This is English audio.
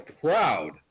proud